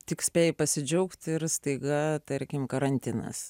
tik spėji pasidžiaugti ir staiga tarkim karantinas